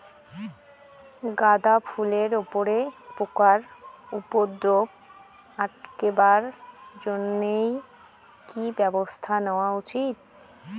গাঁদা ফুলের উপরে পোকার উপদ্রব আটকেবার জইন্যে কি ব্যবস্থা নেওয়া উচিৎ?